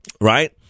Right